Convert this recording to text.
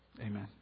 Amen